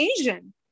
Asian